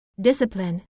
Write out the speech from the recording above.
discipline